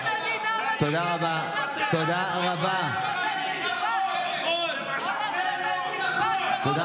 זאת מדינת חוק, ואתם לא, את זה.